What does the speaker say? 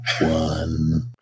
one